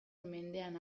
mendean